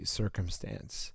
circumstance